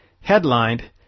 headlined